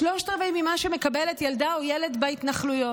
שלושה רבעים ממה שמקבלת ילדה או ילד בהתנחלויות.